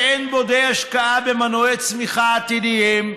שאין בו די השקעה במנועי צמיחה עתידיים,